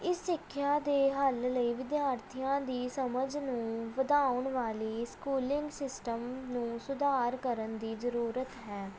ਇਸ ਸਿੱਖਿਆ ਦੇ ਹੱਲ ਲਈ ਵਿਦਿਆਰਥੀਆਂ ਦੀ ਸਮਝ ਨੂੰ ਵਧਾਉਣ ਵਾਲੀ ਸਕੂਲਿੰਗ ਸਿਸਟਮ ਨੂੰ ਸੁਧਾਰ ਕਰਨ ਦੀ ਜ਼ਰੂਰਤ ਹੈ